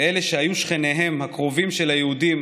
ואלה שהיו שכניהם הקרובים של היהודים